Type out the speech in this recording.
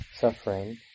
suffering